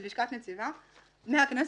ללשכת נציבה מהכנסת,